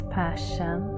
passion